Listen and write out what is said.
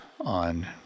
on